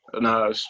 no